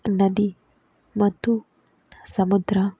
ನದಿ ಮತ್ತು ಸಮುದ್ರ